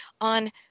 on